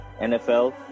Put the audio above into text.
NFL